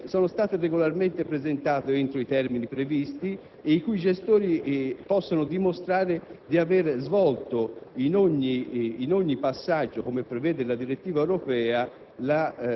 che sono state regolarmente presentate entro i termini previsti e i cui gestori possono dimostrare di aver assicurato in ogni passaggio, come previsto dalla direttiva europea,